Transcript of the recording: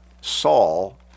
saul